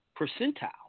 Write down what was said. percentile